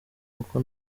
kuko